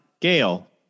Gail